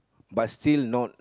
but still not